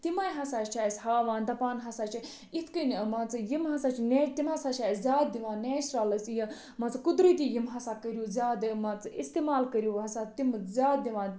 تِمَے ہَسا چھِ اَسہِ ہاوان دَپان ہَسا چھِ یِتھٕ کٔنۍ مان ژٕ یِم ہَسا چھِ نیچ تِم ہَسا چھِ اَسہِ زیادٕ دِوان نیچرَلٕز یہِ مان ژٕ قُدرَتی یِم ہَسا کٔرِو زیادٕ مان ژٕ استعمال کٔرِو ہَسا تِم زیادٕ دِوان